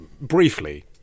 briefly